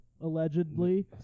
allegedly